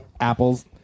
Apples